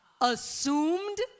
Assumed